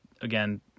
again